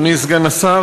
אדוני סגן השר,